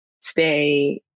stay